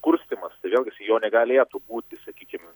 kurstymas tai vėlgi jo negalėtų būti sakykim